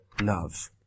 love